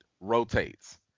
rotates